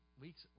weeks